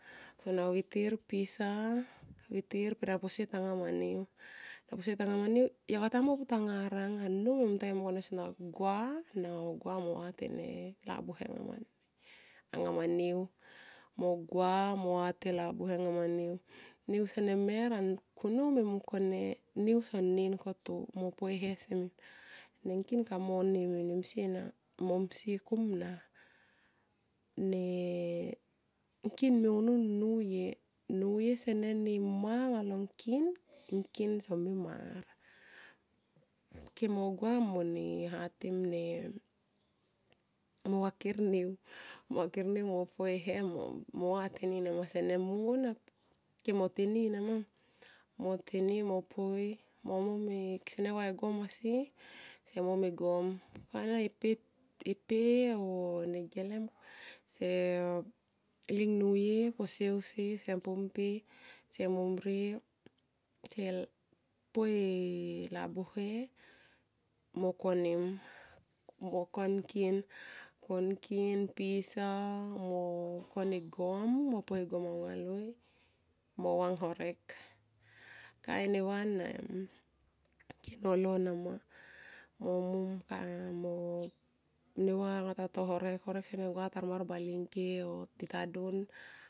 Sona vitir pisa pesona posie tanga mane niu. Yokata mui mo putangarang a nnou mungtua yo mungkone so na gua mo vate ne labuhe anga ma niu, mo gua mo vate labuhe anga ma niu. Niu senemer a kunnou me mungkone niu somon in koto mo poe e he simi ne ngkin kamui mone msie komia. Ne ngkin me unun nuye sene nima alo ngkin, ngkin so me mar ke mo gua mone hatim ne mo vakir kemo teni nama mo teni mo poi mo mom e kesene vae gom asi se mom e gom o kainanga e pe o negelem se ling nuye posie usi se po mpe se morie se poi e labuhe mo konim mo kon nakin pisa mo kone gom mo poi e gom aunga loi mo vang horek kain neva na em ke nolo nama mo mom mo neva tato horek, horek sene gua anga tarmar bale ngke o tita dun.